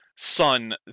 son